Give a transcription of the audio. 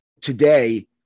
today